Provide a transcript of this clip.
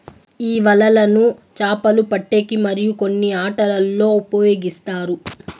ఈ వలలను చాపలు పట్టేకి మరియు కొన్ని ఆటలల్లో ఉపయోగిస్తారు